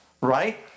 Right